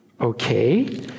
Okay